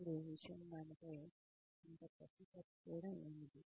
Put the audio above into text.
అప్పుడు విషయం దానిపై అంత డబ్బు ఖర్చు చేయడం ఏమిటి